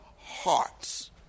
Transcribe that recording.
hearts